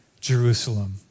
Jerusalem